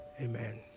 Amen